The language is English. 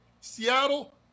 seattle